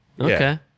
Okay